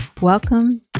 Welcome